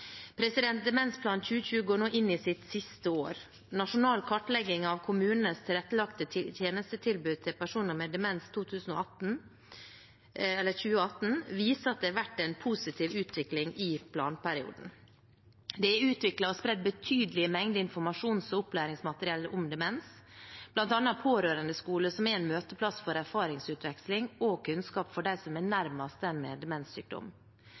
diagnose. Demensplan 2020 går nå inn i sitt siste år. Nasjonal kartlegging av kommunenes tilrettelagte tjenestetilbud til personer med demens 2018 viser at det har vært en positiv utvikling i planperioden. Det er utviklet og spredd betydelige mengder informasjons- og opplæringsmateriell om demens, bl.a. Pårørendeskolen, som er en møteplass for erfaringsutveksling og kunnskap for dem som er nærmest den med demenssykdom.